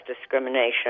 discrimination